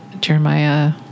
Jeremiah